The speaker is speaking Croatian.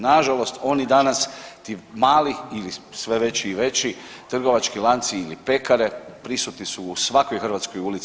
Na žalost oni danas ti mali ili sve veći i veći trgovački lanci ili pekare prisutni su u svakoj hrvatskoj ulici.